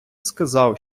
сказав